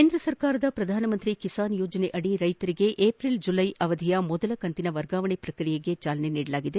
ಕೇಂದ್ರ ಸರ್ಕಾರದ ಪ್ರಧಾನಮಂತ್ರಿ ಕಿಸಾನ್ ಯೋಜನೆಯಡಿ ರೈತರಿಗೆ ಏಪ್ರಿಲ್ ಜುಲೈ ಅವಧಿಯ ಮೊದಲ ಕಂತಿನ ವರ್ಗಾವಣೆ ಪ್ರಕ್ರಿಯೆಗೆ ಚಾಲನೆ ಸಿಕ್ಕಿದೆ